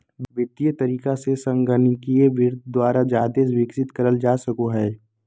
वित्तीय तरीका से संगणकीय वित्त द्वारा जादे विकसित करल जा सको हय